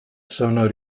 sono